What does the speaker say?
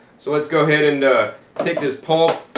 so let's go ahead and take this pulp,